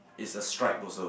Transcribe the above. is a stripe also